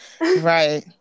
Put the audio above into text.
Right